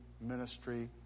ministry